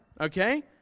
okay